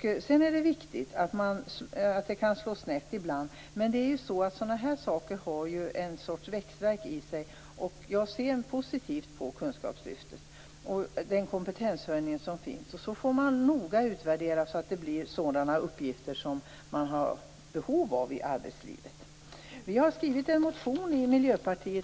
Saker och ting kan slå snett ibland, men sådana här saker har en sorts växtvärk i sig. Jag ser positivt på kunskapslyftet och på den kompetenshöjning som finns. Man får noggrant utvärdera det hela så att det blir sådana uppgifter som man har behov av i arbetslivet. Vi i Miljöpartiet har skrivit en motion